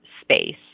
space